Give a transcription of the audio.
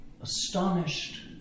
Astonished